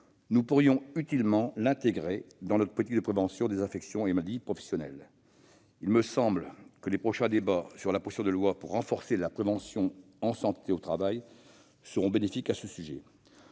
Nous pourrions utilement l'intégrer dans notre politique de prévention des affections et maladies professionnelles. Il me semble que les prochains débats sur la proposition de loi pour renforcer la prévention en santé au travail seront bénéfiques à ce sujet.